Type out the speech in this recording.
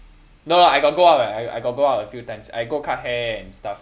no I got go out eh I I got go out a few times I go cut hair and stuff